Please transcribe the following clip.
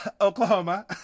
Oklahoma